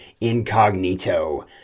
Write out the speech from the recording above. incognito